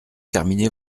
terminé